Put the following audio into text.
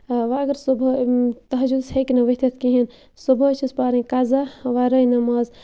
وۄنۍ اگر صُبحٲے تہجُدَس ہیٚکہِ نہٕ ؤتھِتھ کِہیٖنۍ صُبحٲے چھس پَرٕنۍ قزا وَرٲے نٮ۪ماز